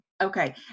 Okay